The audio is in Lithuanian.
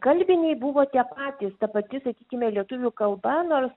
kalbiniai buvo tie patys ta pati sakykime lietuvių kalba nors